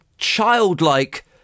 childlike